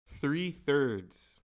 Three-thirds